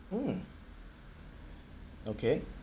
mm okay